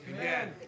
Amen